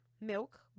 milk